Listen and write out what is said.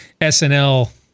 SNL